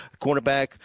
cornerback